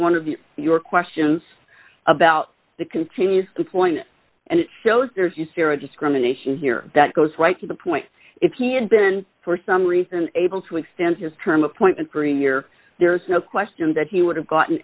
one of the your questions about the continue the point and it shows there's usera discrimination here that goes right to the point if he had been for some reason able to extend his term appointment premier there's no question that he would have gotten